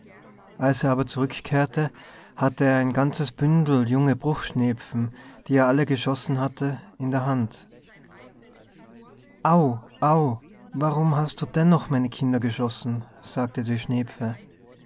als er aber zurückkehrte hatte er ein ganzes bündel junge bruchschnepfen die er alle geschossen hatte in der hand au au warum hast du dennoch meine kinder geschossen sagte die